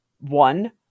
one